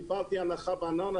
אני קיבלתי הנחה בארנונה.